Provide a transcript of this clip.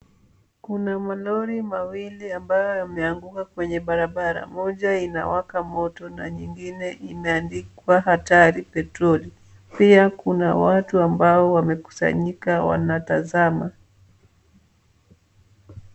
Kuna malori mawili ambayo yameanguka kwenye barabara. Moja inawaka moto na nyingine imeandikwa hatari petroli. Pia kuna watu ambao wamekusanyika wanatazama.